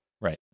Right